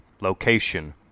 Location